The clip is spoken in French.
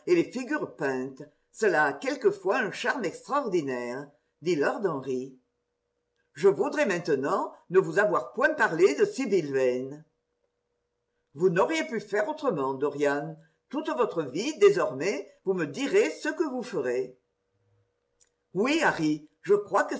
les figures peintes cela a quelquefois un charme extraordinaire dit lord henry je voudrais maintenant ne vous avoir point parlé de sibyl yane vous n'auriez pu faire autrement dorian toute votre vie désormais vous me direz ce que vous ferez oui harry je crois que